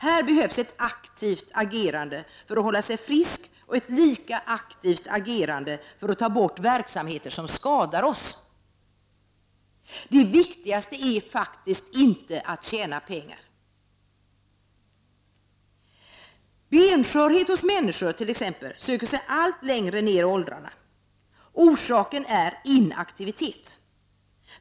Här behövs ett aktivt agerande för att hålla sig frisk och ett lika aktivt agerande för att ta bort verksamheter som skadar oss. Det viktigaste är faktiskt inte att tjäna pengar. Benskörhet hos människor t.ex. söker sig allt längre ned i åldrarna. Orsaken är inaktivitet.